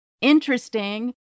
interesting